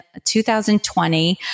2020